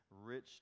rich